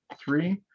three